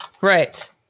Right